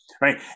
right